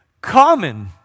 common